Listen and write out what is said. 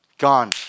Gone